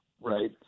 right